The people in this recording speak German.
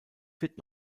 wird